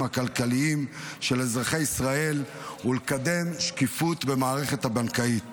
הכלכליים של אזרחי ישראל ולקדם שקיפות במערכת הבנקאית.